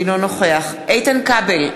אינו נוכח איתן כבל,